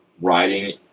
riding